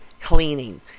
cleaning